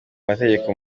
amategeko